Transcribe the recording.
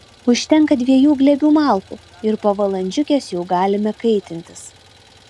užtenka dviejų glėbių malkų ir po valandžiukės jau galime kaitintis